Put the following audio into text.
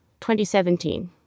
2017